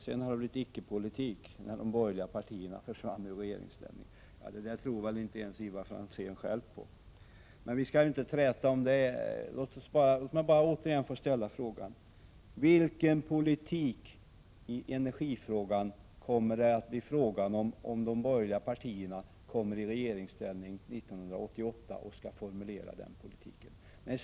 Han menade att det sedan de borgerliga partierna försvann ur regeringsställning har förts en icke-politik. Detta tror väl inte ens Ivar Franzén själv på. Men vi skall inte träta om det. Låt mig bara återigen få fråga: Vilken energipolitik blir det om de borgerliga partierna hamnar i regeringsställning år 1988?